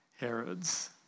Herod's